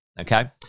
okay